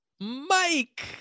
Mike